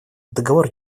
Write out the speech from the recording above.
договор